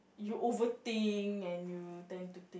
you overthink and you tend to